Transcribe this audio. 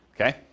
okay